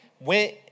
went